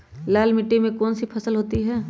लाल मिट्टी में कौन सी फसल होती हैं?